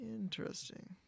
Interesting